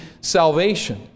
salvation